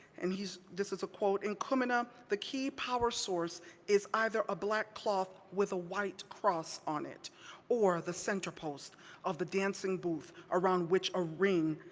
and he's, this is a quote, in kumina, the key power source is either a black cloth with a white cross on it or the center post of the dancing booth around which a ring,